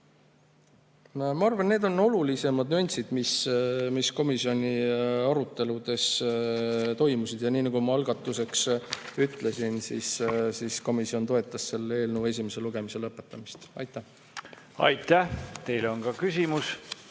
Ma arvan, et need on olulisemad nüansid, mis komisjoni arutelus [esile kerkisid]. Aga nii nagu ma algatuseks ütlesin, komisjon toetas selle eelnõu esimese lugemise lõpetamist. Aitäh! Aitäh! Teile on ka küsimus.